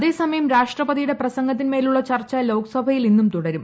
അതേസമയം രാഷ്ട്രപതിയുടെ പ്രസ്യംഗത്തിൻമേലുളള ചർച്ച ലോക്സഭയിൽ ഇന്നും തുടരും